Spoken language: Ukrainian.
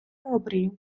обрії